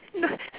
no